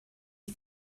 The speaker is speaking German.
sie